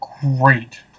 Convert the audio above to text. great